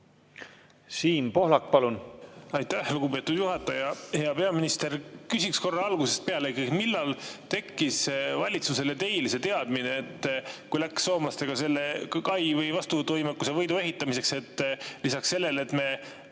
Siim Pohlak, palun! Aitäh, lugupeetud juhataja! Hea peaminister! Küsiks korra ikkagi alguse kohta. Millal tekkis valitsusel ja teil see teadmine, et kui läks soomlastega selle kai või vastuvõtuvõimekuse võidu ehitamiseks, siis lisaks sellele, et me